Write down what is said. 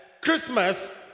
christmas